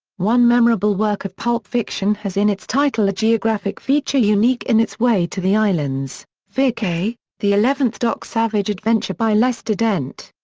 one memorable work of pulp fiction has in its title a geographic feature unique in its way to the islands fear cay, the eleventh doc savage adventure by lester dent.